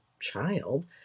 child